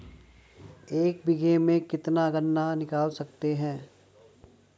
एक बीघे में से कितना गन्ना निकाल सकते हैं?